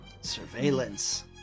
surveillance